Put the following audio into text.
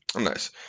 nice